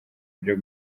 byo